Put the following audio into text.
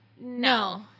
no